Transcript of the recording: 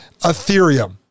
Ethereum